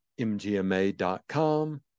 mgma.com